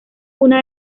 una